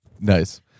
Nice